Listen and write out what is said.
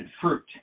fruit